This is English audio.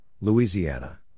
Louisiana